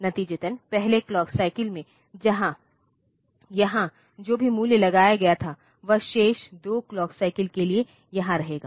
नतीजतन पहले clock cycle में यहां जो भी मूल्य लगाया गया था वह शेष 2 क्लॉक साइकिल के लिए यहां रहेगा